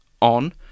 on